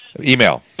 Email